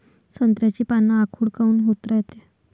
संत्र्याची पान आखूड काऊन होत रायतात?